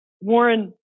warren